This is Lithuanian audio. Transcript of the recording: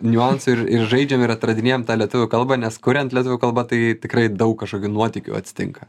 niuansų ir ir žaidžiam ir atradinėjam tą lietuvių kalbą nes kuriant lietuvių kalba tai tikrai daug kažkokių nuotykių atsitinka